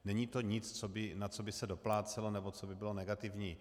Není to nic, na co by se doplácelo nebo co by bylo negativní.